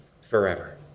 forever